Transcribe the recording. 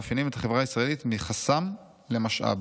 המאפיינים את החברה הישראלית מחסם למשאב.